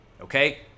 Okay